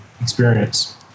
experience